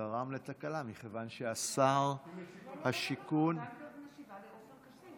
תתכבד, כי ראיתי שלחצת.